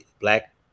black